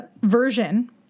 version